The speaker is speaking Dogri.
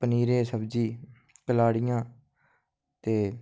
पनिरै दी सब्जी कलाड़ियां ते